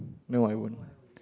no I won't